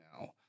now